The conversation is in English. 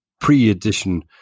pre-edition